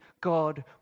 God